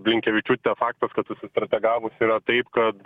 blinkevičiūtė faktas kad susistrategavusi yra taip kad